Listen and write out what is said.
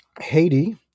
Haiti